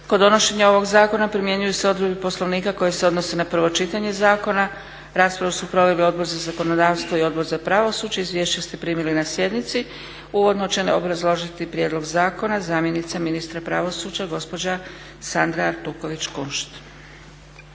Kod donošenja ovog zakona primjenjuju se odredbe Poslovnika koje se odnose na prvo čitanje zakona. Raspravu su proveli Odbor za zakonodavstvo i Odbor za pravosuđe. Izvješća ste primili na sjednici. Uvodno će obrazložiti prijedlog zakona zamjenica ministra pravosuđa gospođa Sandra Artuković Kunšt.